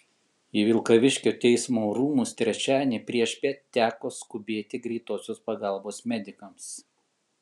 į vilkaviškio teismo rūmus trečiadienį priešpiet teko skubėti greitosios pagalbos medikams